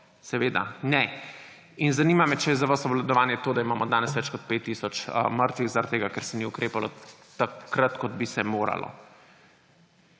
Seveda ne. In zanima me, če je za vas obvladovanje to, da imamo danes več kot 5 tisoč mrtvih, zaradi tega ker se ni ukrepalo takrat, ko bi se moralo?